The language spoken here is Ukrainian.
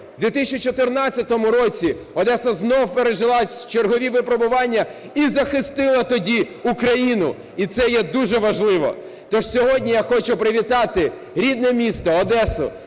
В 2014 році Одеса знову пережила чергові переживання і захистила тоді Україну. І це є дуже важливо. То ж сьогодні я хочу привітати рідне місто Одесу